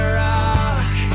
rock